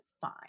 fine